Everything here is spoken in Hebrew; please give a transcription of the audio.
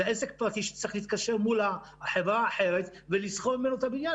זה עסק פרטי שצריך להתקשר מול הבעלים ולשכור את המבנה.